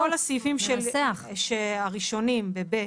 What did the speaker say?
עכשיו, כל הסעיפים הראשונים ב-(ב),